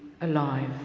alive